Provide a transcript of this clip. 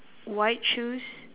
white shoes